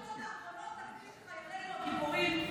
לא תקדיש לחיילינו הגיבורים,